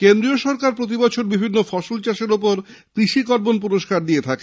কেন্দ্রীয় সরকার প্রতিবছর বিভিন্ন ফসল চাষের ওপর কৃষিকর্মন পুরস্কার দিয়ে থাকে